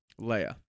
Leia